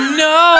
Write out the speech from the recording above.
no